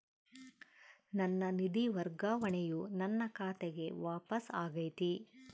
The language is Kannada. ನನ್ನ ನಿಧಿ ವರ್ಗಾವಣೆಯು ನನ್ನ ಖಾತೆಗೆ ವಾಪಸ್ ಆಗೈತಿ